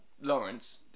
Lawrence